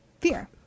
fear